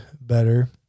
better